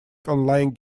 online